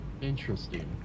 Interesting